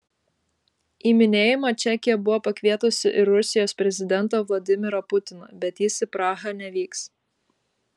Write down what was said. į minėjimą čekija buvo pakvietusi ir rusijos prezidentą vladimirą putiną bet jis į prahą nevyks